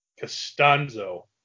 Costanzo